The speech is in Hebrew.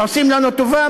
עושים לנו טובה,